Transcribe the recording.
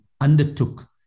undertook